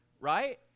Right